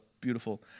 beautiful